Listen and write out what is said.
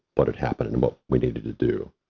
but had happened, and what we needed to do.